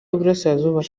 y’uburasirazuba